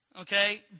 Okay